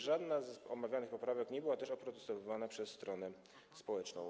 Żadna z omawianych poprawek nie była też oprotestowywana przez stronę społeczną.